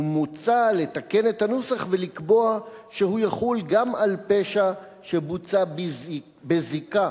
ומוצע לתקן את הנוסח ולקבוע שהוא יחול גם על פשע שבוצע בזיקה